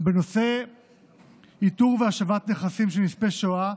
בנושא איתור והשבת נכסים של נספי השואה,